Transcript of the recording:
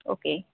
okay